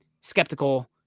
skeptical